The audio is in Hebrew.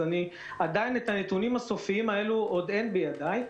את הנתונים הסופיים האלה עוד אין בידיי.